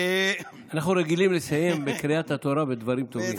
בקריאת התורה אנחנו רגילים לסיים בדברים טובים.